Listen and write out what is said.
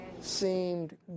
Seemed